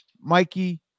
Mikey